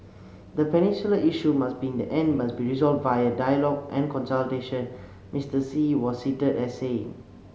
the peninsula issue must be in the end be resolved via dialogue and consultation Mister Xi was as saying